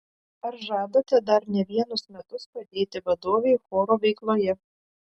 ar žadate dar ne vienus metus padėti vadovei choro veikloje